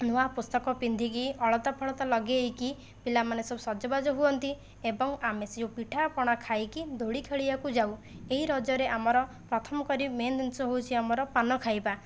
ନୂଆ ପୋଷାକ ପିନ୍ଧିକି ଅଳତା ଫଳତା ଲଗାଇକି ପିଲାମାନେ ସବୁ ସଜବାଜ ହୁଅନ୍ତି ଏବଂ ଆମେ ସେ ଯେଉଁ ପିଠାପଣା ଖାଇକି ଦୋଳି ଖେଳିବାକୁ ଯାଉ ଏହି ରଜରେ ଆମର ପ୍ରଥମ କରି ମେନ ଜିନିଷ ହେଉଛି ଆମର ପାନ ଖାଇବା